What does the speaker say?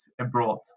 abroad